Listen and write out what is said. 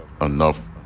enough